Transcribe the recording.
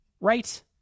Right